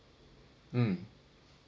mm